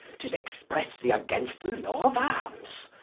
tis expressely against the law of armes,